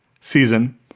season